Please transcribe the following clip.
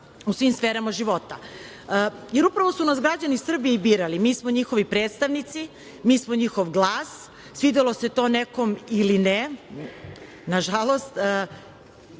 u svim sferama života. Upravo su nas građani Srbije i birali. Mi smo njihovi predstavnici, mi smo njihov glas, svidelo se to nekom ili ne, nažalost,